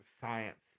science